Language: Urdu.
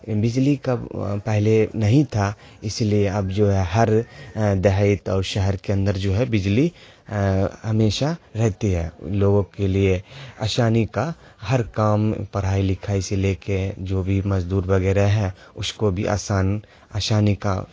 یہ بجلی کا پہلے نہیں تھا اس لیے اب جو ہے ہر دیہات اور شہر کے اندر جو ہے بجلی ہمیشہ رہتی ہے لوگوں کے لیے آسانی کا ہر کام پڑھائی لکھائی سے لے کے جو بھی مزدور وغیرہ ہے اس کو بھی آسان آسانی کا